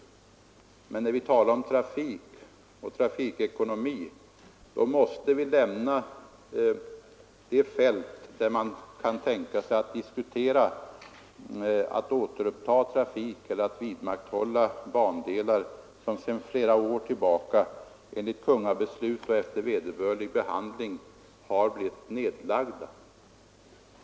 Men då vi talar om trafik och trafikekonomi måste vi lämna det fält där man skulle kunna tänka sig att diskutera återupptagandet av trafik eller vidmakthållande av bandelar som sedan flera år tillbaka, enligt kungabeslut och efter vederbörlig behandling, har blivit nedlagda.